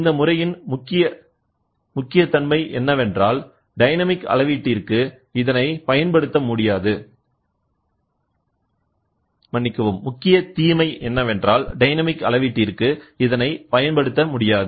இந்த முறையின் முக்கிய தீமை என்னவென்றால் டைனமிக் அளவீட்டிற்கு இதனை பயன்படுத்த முடியாது